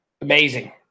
Amazing